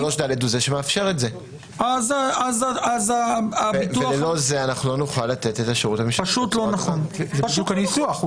אם אתם חושבים שמעבר לנושא של אבטחת מידע,